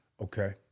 Okay